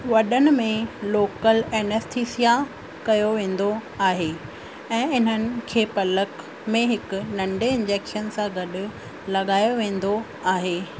वॾनि में local anaesthesia कयो वेंदो आहे ऐं इन्हनि खे पलक में हिकु नंढे इंजेक्शन सां गॾु लॻायो वेंदो आहे